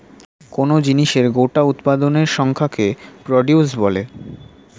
কোন জিনিসের গোটা উৎপাদনের সংখ্যাকে প্রডিউস বলে